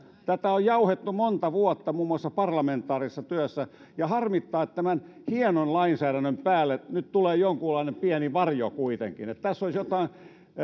tätä on jauhettu monta vuotta muun muassa parlamentaarisessa työssä ja harmittaa että tämän hienon lainsäädännön päälle nyt kuitenkin tulee jonkunlainen pieni varjo että tässä olisi jotain